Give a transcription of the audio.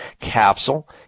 capsule